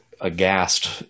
aghast